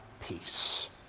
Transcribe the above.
peace